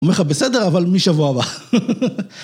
אומר לך בסדר, אבל מי שבוע הבא.